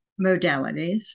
modalities